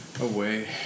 Away